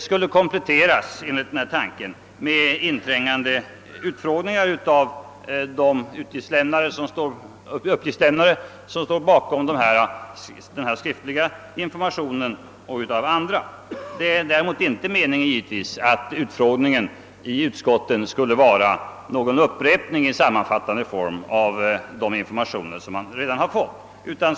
skulle enligt vår tanke kompletteras med inträngande utfrågningar av de uppgiftslämnare som står bakom den skriftliga informationen. Däremot är det inte meningen att utfrågningen i utskotten skulle vara en upprepning i sammanfattande form av de informationer som redan lämnats.